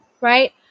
right